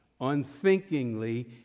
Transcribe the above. unthinkingly